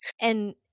And-